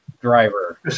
driver